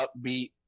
upbeat